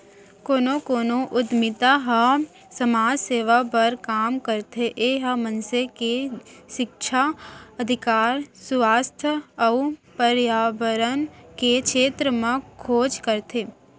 कोनो कोनो उद्यमिता ह समाज सेवा बर काम करथे ए ह मनसे के सिक्छा, अधिकार, सुवास्थ अउ परयाबरन के छेत्र म खोज करथे